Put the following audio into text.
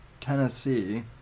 Tennessee